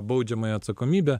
baudžiamąją atsakomybę